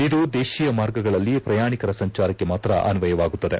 ಇದು ದೇಶೀಯ ಮಾರ್ಗಗಳಲ್ಲಿ ಪ್ರಯಾಣಿಕರ ಸಂಚಾರಕ್ಕೆ ಮಾತ್ರ ಅನ್ವಯವಾಗುತ್ತದೆ